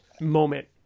moment